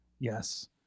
Yes